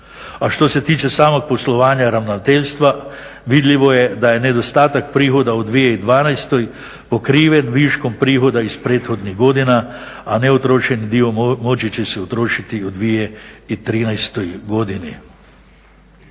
A što se tiče samog poslovanja ravnateljstva, vidljivo je da je nedostatak prihoda u 2012. pokriven viškom prihoda iz prethodnih godina, a neutrošeni dio moći će se utrošiti i u 2013. godini.